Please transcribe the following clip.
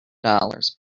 dollars